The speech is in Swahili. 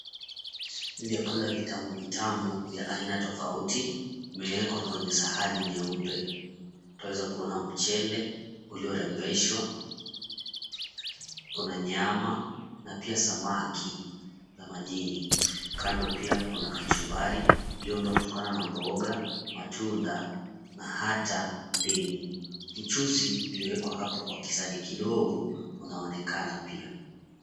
Vyakula vitamu vitamu vya aina tofauti vimewekwa kwenye sahani nyeupe. Twaweza kuona mchele uliorembeshwa, kuna nyama na pia samaki za majini. Kando pia kuna kachumbari iliyoundwa kutokana na mboga, matunda na hata ndimu. Mchuzi uliowekwa hapo kwa kisahani kidogo unaonekana pia.